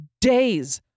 days